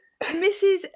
mrs